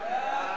כלכלה.